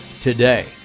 today